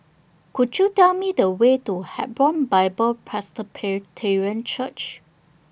Could YOU Tell Me The Way to Hebron Bible Presbyterian Church